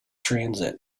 transit